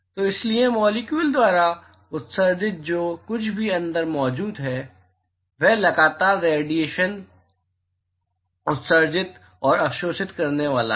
तो इसलिए मॉलिक्यूल द्वारा उत्सर्जित जो कुछ भी अंदर मौजूद हैं वे लगातार रेडिएशन उत्सर्जित और अवशोषित करने वाले हैं